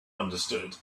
understood